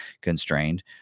constrained